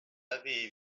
avait